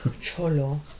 Cholo